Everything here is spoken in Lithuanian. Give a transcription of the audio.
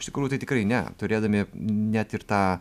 iš tikrųjų tai tikrai ne turėdami net ir tą